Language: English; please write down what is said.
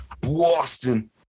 Boston